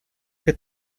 que